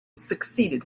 succeeded